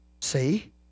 See